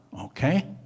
okay